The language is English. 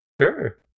Sure